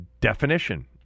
definition